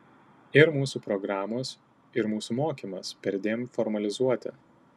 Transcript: ir mūsų programos ir mūsų mokymas perdėm formalizuoti